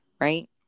Right